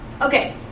Okay